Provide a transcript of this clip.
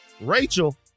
Rachel